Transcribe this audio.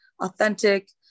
authentic